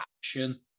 action